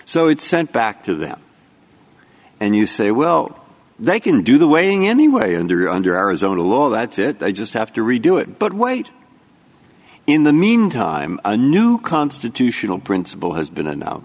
so it's sent back to them and you say well they can do the weighing anyway under under arizona law that's it they just have to redo it but wait in the meantime a new constitutional principle has been annou